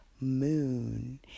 moon